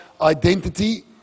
identity